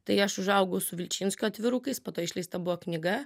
tai aš užaugau su vilčinsko atvirukais po to išleista buvo knyga